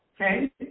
okay